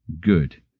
good